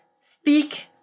speak